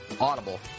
Audible